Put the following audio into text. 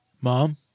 Mom